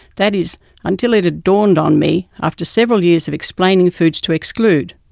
that is until it dawned on me after several years of explaining foods to exclude.